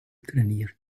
trainiert